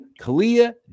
kalia